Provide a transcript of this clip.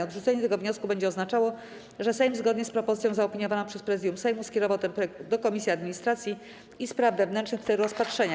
Odrzucenie tego wniosku będzie oznaczało, że Sejm, zgodnie z propozycją zaopiniowaną przez Prezydium Sejmu, skierował ten projekt do Komisji Administracji i Spraw Wewnętrznych w celu rozpatrzenia.